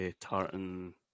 Tartan